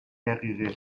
دقیقه